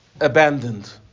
abandoned